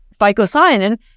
phycocyanin